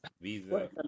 visa